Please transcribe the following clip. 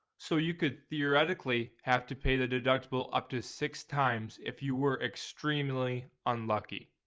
so you could theoretically have to pay the deductible up to six times if you were extremely unlucky.